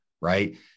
right